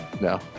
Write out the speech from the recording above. No